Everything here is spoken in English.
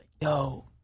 yo